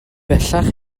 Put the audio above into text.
bellach